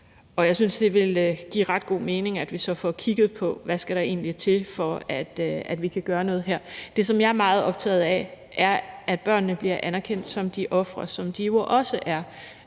på. Jeg synes, det vil give ret god mening, at vi så får kigget på, hvad der egentlig skal til for, at vi kan gøre noget her. Det, som jeg er meget optaget af, er, at børnene bliver anerkendt som de ofre, de jo også er,